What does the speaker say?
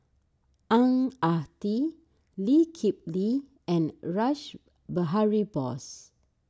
Ang Ah Tee Lee Kip Lee and Rash Behari Bose